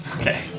Okay